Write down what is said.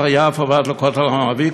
משער יפו עד לכותל המערבי,